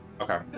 Okay